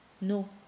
no